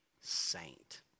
saint